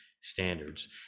standards